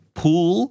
pool